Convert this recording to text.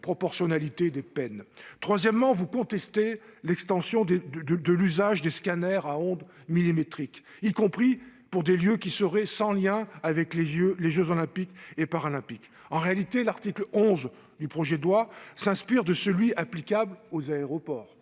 proportionnalité des peines. Troisièmement, vous contestez l'extension de l'usage des scanners à ondes millimétriques, y compris dans des lieux qui seraient sans lien avec les jeux Olympiques et Paralympiques. En réalité, l'article 11 du projet de loi s'inspire des dispositions applicables aux aéroports.